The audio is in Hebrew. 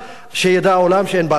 שידע העולם שאין בעל-בית.